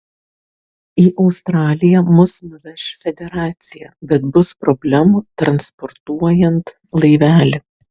į australiją mus nuveš federacija bet bus problemų transportuojant laivelį